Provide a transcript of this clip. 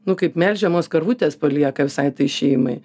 nu kaip melžiamos karvutės palieka visai tai šeimai